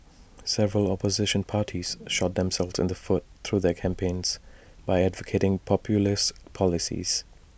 several opposition parties shot themselves in the foot through their campaigns by advocating populist policies